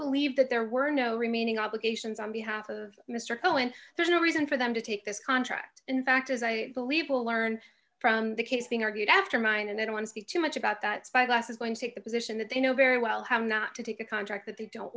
believe that there were no remaining obligations on behalf of mr cullen there's no reason for them to take this contract in fact as i believe will learn from the case being argued after mine and i don't want to be too much about that spyglass is going to take the position that they know very well have not to take a contract that they don't